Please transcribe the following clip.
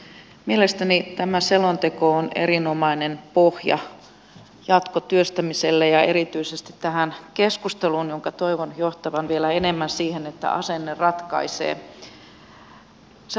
mielestäni tämä selonteko on erinomainen pohja jatkotyöstämiselle ja erityisesti tähän keskusteluun jonka toivon johtavan vielä enemmän siihen että asenne ratkaisee